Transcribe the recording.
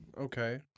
Okay